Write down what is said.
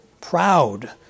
proud